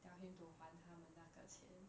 tell him to 还他们那个钱